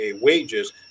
wages